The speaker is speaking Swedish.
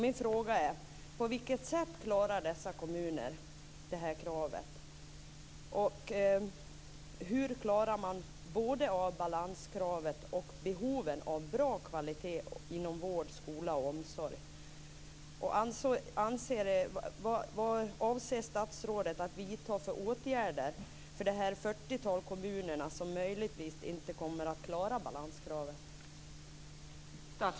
Min fråga är: På vilket sätt klarar dessa kommuner det här kravet? Och hur klarar man både av balanskravet och behoven av god kvalitet inom vård, skola och omsorg? Vad avser statsrådet att vidta för åtgärder för det fyrtiotal kommuner som möjligtvis inte kommer att klara balanskravet?